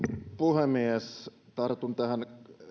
puhemies tartun näihin